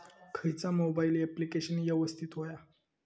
खयचा mobile application यवस्तित होया?